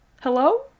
Hello